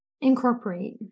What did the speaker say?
incorporate